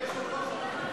אדוני היושב-ראש,